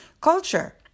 culture